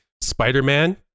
Spider-Man